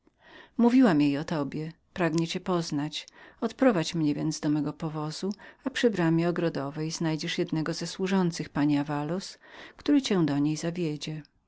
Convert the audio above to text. mówiłam jej o tobie pragnie cię poznać odprowadź mnie więc do mego powozu a przy bramie ogrodowej znajdziesz jednego ze służących pani davaloz który cię do niej zawiedzie